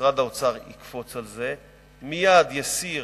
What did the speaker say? משרד האוצר יקפוץ על זה, מייד יסיר